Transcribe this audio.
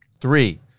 Three